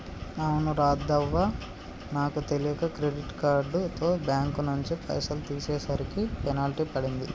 అవును రాధవ్వ నాకు తెలియక క్రెడిట్ కార్డుతో బ్యాంకు నుంచి పైసలు తీసేసరికి పెనాల్టీ పడింది